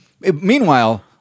meanwhile